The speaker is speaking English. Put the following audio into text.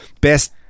Best